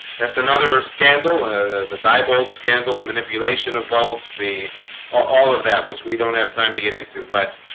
that's another of scandal the diebold scandal the manipulation of votes the or all of that which we don't have time to get into but